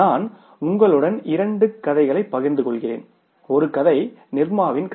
நான் உங்களுடன் இரண்டு கதைகளைப் பகிர்ந்து கொள்கிறேன் ஒரு கதை நிர்மாவின் கதை